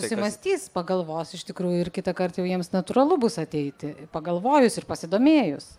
susimąstys pagalvos iš tikrųjų ir kitąkart jau jiems natūralu bus ateiti pagalvojus ir pasidomėjus